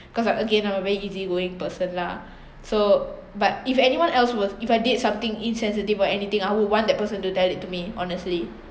because I'm again I'm a very easygoing person lah so but if anyone else was if I did something insensitive or anything I would want that person to tell it to me honestly